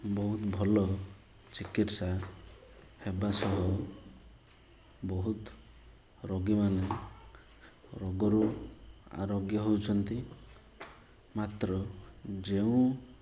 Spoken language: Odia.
ବହୁତ ଭଲ ଚିକିତ୍ସା ହେବା ସହ ବହୁତ ରୋଗୀମାନେ ରୋଗରୁ ଆରୋଗ୍ୟ ହେଉଛନ୍ତି ମାତ୍ର ଯେଉଁ